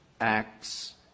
acts